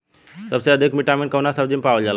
सबसे अधिक विटामिन कवने सब्जी में पावल जाला?